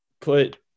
put